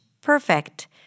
perfect